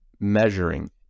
measuring